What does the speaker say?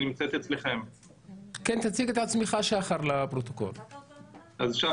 לממשלה בשנת 2015. הערכת מצב זו מוגשת לכל ממשלה חדשה שנכנסת.